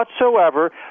whatsoever